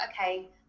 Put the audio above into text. okay